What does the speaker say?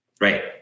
right